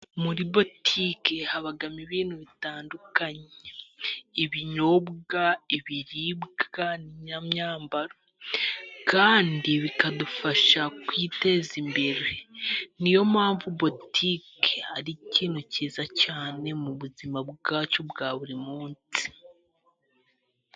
Muri butike habamo ibintu bitandukanye ibinyobwa, ibibiribwa n'imyambaro kandi bikadufasha kwiteza imbere, niyo mpamvu butike ari ikintu cyiza cyane mu buzima bwacu bwa buri munsi.